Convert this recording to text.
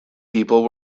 people